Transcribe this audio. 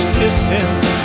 distance